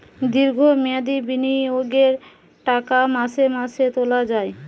দীর্ঘ মেয়াদি বিনিয়োগের টাকা মাসে মাসে তোলা যায় কি?